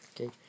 Okay